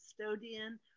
custodian